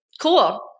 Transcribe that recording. Cool